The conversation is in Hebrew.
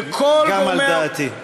וכל גורמי, גם על דעתי.